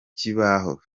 kibaho